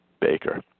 Baker